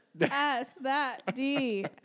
S-that-D